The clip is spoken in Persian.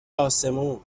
آسمون